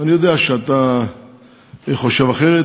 אני יודע שאתה חושב אחרת,